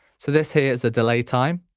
so this here is the delay time,